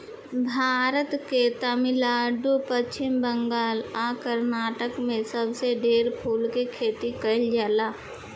भारत के तमिलनाडु, पश्चिम बंगाल आ कर्नाटक में सबसे ढेर फूल के खेती कईल जाला